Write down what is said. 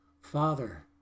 father